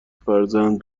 فرزند